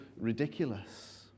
ridiculous